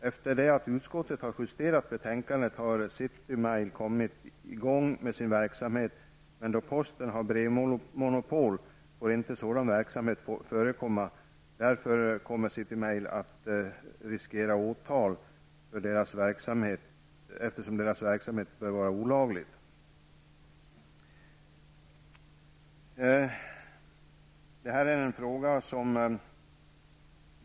Efter det att utskottet har justerat betänkandet har City Mail kommit i gång med sin verksamhet. Men då posten har brevmonopol får inte sådan verksamhet förekomma. Därför riskerar City Mail åtal då dess verksamhet är olaglig.